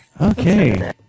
Okay